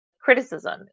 criticism